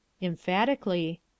Emphatically